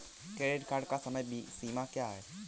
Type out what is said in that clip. Credit card की समय सीमा क्या है?